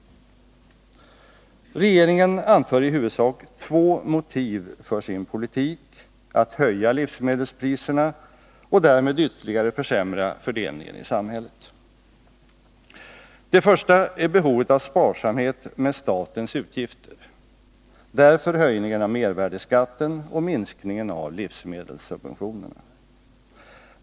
Regeringen anför i huvudsak två motiv för sin politik att höja livsmedelspriserna och därmed ytterligare försämra fördelningen i samhället. Det första är behovet av sparsamhet med statens utgifter — därför höjningen av mervärdeskatten och minskningen av livsmedelssubventionerna.